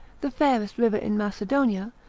the fairest river in macedonia,